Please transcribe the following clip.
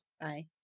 Bye